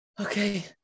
Okay